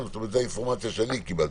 זו האינפורמציה שאני קיבלתי.